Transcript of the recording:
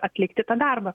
atlikti tą darbą